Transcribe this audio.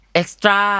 extra